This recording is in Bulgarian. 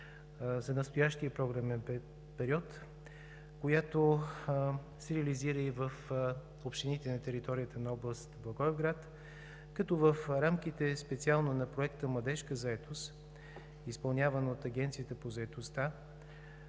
за настоящия програмен период, която се реализира и в общините на територията на област Благоевград. Като в рамките специално на проекта „Младежка заетост“, изпълняван от Агенцията по заетостта,